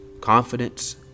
confidence